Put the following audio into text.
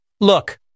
Look